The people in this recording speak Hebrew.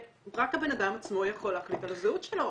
שרק הבן אדם עצמו יכול להחליט על הזהות שלו